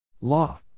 Law